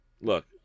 look